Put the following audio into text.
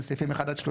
הם סעיפים 1-30